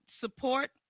support